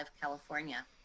California